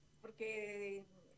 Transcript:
porque